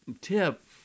tip